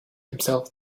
himself